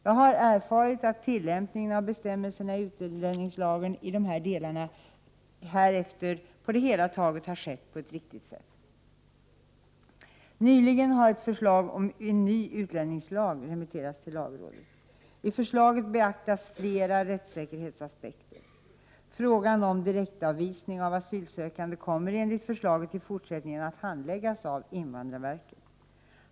Jag har erfarit att tillämpningen av bestämmelserna i utlänningslagen i dessa delar härefter på det hela taget har skett på ett riktigt sätt. Nyligen har ett förslag om en ny utlänningslag remitterats till lagrådet. I förslaget beaktas flera rättssäkerhetsaspekter. Frågan om direktavvisning av asylsökande kommer enligt förslaget i fortsättningen att handläggas av invandrarverket.